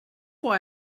why